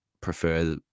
prefer